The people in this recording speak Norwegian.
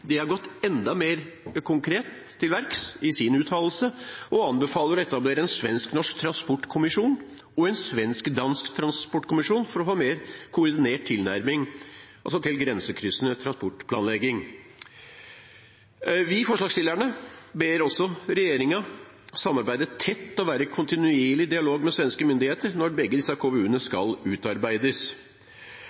har gått enda mer konkret til verks i sin uttalelse og anbefaler å etablere en svensk-norsk og en svensk-dansk transportkommisjon for å få en mer koordinert tilnærming til grensekryssende transportplanlegging. Vi forslagsstillere ber også regjeringen samarbeide tett og være i kontinuerlig dialog med svenske myndigheter når begge disse KVU-ene skal utarbeides.